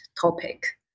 topic